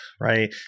right